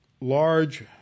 large